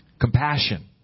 compassion